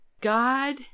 God